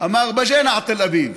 אמר: פג'נה תל אביב,